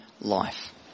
life